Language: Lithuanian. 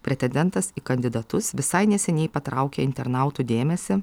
pretendentas į kandidatus visai neseniai patraukė internautų dėmesį